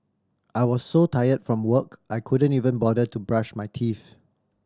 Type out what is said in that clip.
I was so tired from work I couldn't even bother to brush my teeth